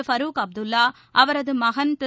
ஃபருக் அப்துல்லா அவரது மகன் திரு